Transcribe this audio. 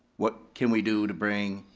what can we do to bring